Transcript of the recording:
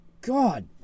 god